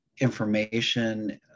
information